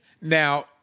Now